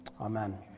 Amen